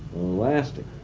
lasting.